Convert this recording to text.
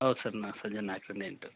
ಹೌದ್ ಸರ್ ನಾ ಸಂಜೆ ನಾಲ್ಕರಿಂದ ಎಂಟು